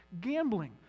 gambling